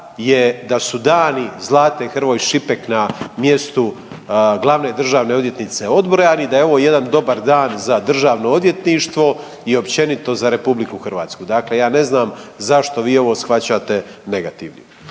da su dani Zlate Hrvoj Šipek na mjestu glavne državne odvjetnice odbrojani i da je ovo jedan dobar dan za državno odvjetništvo i općenito za RH. Dakle, ja ne znam zašto vi ovo shvaćate negativnim.